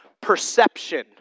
Perception